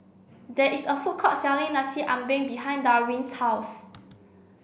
there is a food court selling Nasi Ambeng behind Darwin's house